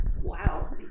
Wow